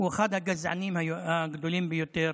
הוא אחד הגזענים הגדולים ביותר